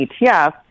ETF